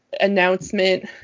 announcement